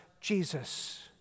Jesus